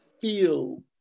feel